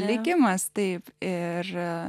likimas taip ir